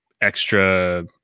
extra –